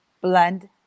blend